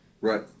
Right